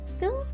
two